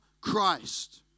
Christ